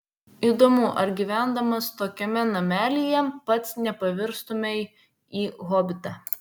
įdomu ar gyvendamas tokiame namelyje pats nepavirstumei į hobitą